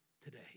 today